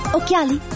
occhiali